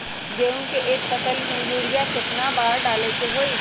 गेंहू के एक फसल में यूरिया केतना बार डाले के होई?